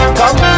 come